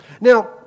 Now